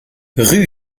rue